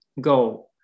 Go